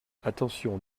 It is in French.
attention